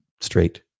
straight